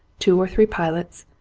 two or three pilots,